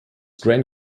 grand